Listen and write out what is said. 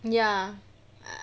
ya